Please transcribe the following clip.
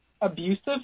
abusive